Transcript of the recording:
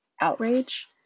outrage